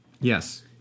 Yes